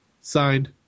Signed